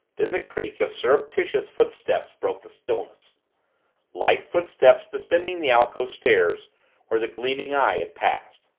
then the creak of surreptitious footsteps broke the stillness light footsteps descending the alcove stairs where the gleaming eye had passed.